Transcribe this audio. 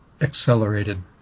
accelerated